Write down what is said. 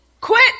Quit